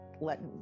let